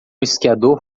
esquiador